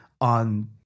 on